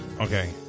Okay